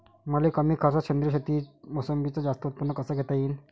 मले कमी खर्चात सेंद्रीय शेतीत मोसंबीचं जास्त उत्पन्न कस घेता येईन?